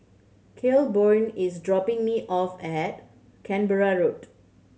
Claiborne is dropping me off at Canberra Road